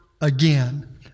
again